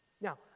Now